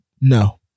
No